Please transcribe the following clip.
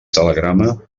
telegrama